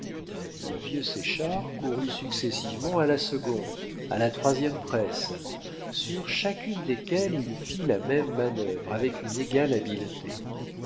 le vieux séchard courut successivement à la seconde à la troisième presse sur chacune desquelles il fit la même manœuvre avec une égale habileté